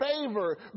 favor